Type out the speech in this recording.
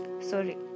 Sorry